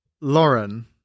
Lauren